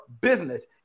business